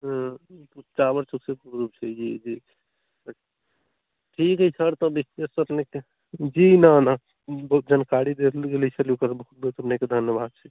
हँ टावर चौकसँ पूब छै जी जी ठीक हइ सर तब देखै छिए एडमिशन लऽ कऽ जी नहि नहि बहुत जानकारी देल गेलिए से ओकरा लिए बहुत बहुत धन्यवाद छै